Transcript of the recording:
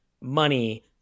money